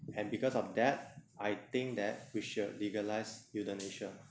and because of that I think that we should legalize euthanasia